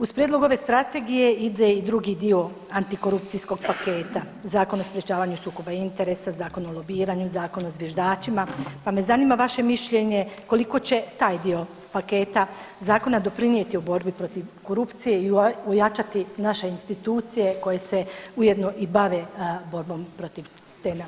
Uz prijedlog ove strategije ide i drugi dio antikorupcijskog paketa, Zakon o sprječavanju sukoba interesa, Zakon o lobiranju, Zakon o zviždačima, pa me zanima vaše mišljenje koliko će taj dio paketa zakona doprinijeti u borbi protiv korupcije i ojačati naše institucije koje se ujedno i bave borbom protiv te napasti.